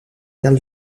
carl